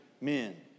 men